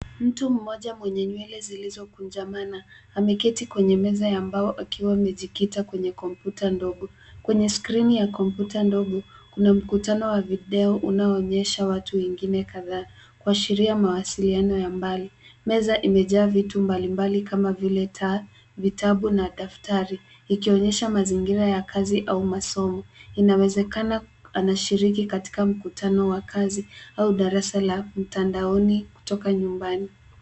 Mtu mmoja mwenye nywele zilizo kunjamana ameketi kwenye meza ya mbao, akiwa amejikita kwenye kompyuta ndogo. Kwenye skrini ya komputa ndogo, kuna mkutano wa video unaoonyesha watu wengine kadhaa, kuashiria mawasiliano ya mbali. Meza imejaa vitu mbali mbali kama vile taa, vitabu na daftari, ikionyesha mazingira ya kazi au masomo. Inawezekana anashiriki katika mkutano wa kazi au darasa la mtandaoni kutoka nyumbani.